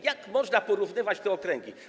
Jak można porównywać te okręgi?